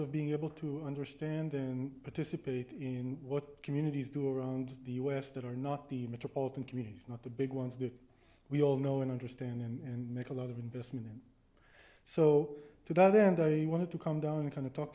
of being able to understand and participate in what communities do around the u s that are not the metropolitan communities not the big ones that we all know and understand and make a lot of investment in so to that end i wanted to come down kind of talk